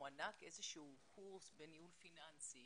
מוענק איזשהו קורס בניהול פיננסי,